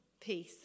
peace